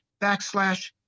backslash